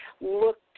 looked